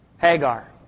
Hagar